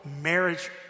marriage